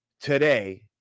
today